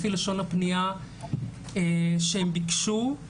לפי לשון הפנייה שהם ביקשו.